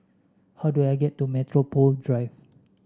how do I get to Metropole Drive